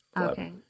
okay